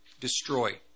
destroy